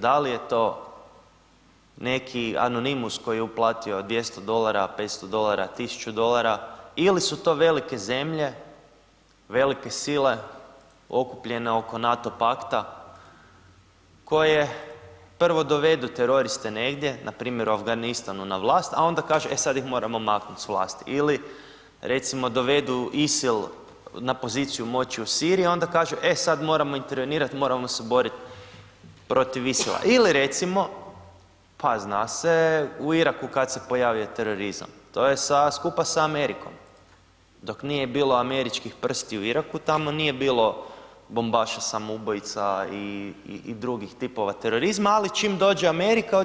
Dal je to neki anonimus koji je uplatio 200 dolara, 500 dolara, 1000 dolara ili su to velike zemlje, velike sile, okupljene oko NATO pakta koje prvo dovedu teroriste negdje, npr. u Afganistanu na vlast, a onda kaže, e sad ih moramo maknut s vlasti ili recimo dovedu ISIL na poziciju moći u Siriji, onda kažu, e sad moramo intervenirat, moramo se borit protiv ISIL-a ili recimo, pa zna se u Iraku kad se pojavio terorizam, to je skupa sa Amerikom, dok nije bilo američkih prstiju u Iraku, tamo nije bilo bombaša samoubojica i drugih tipova terorizma, ali čim dođe Amerika